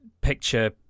picture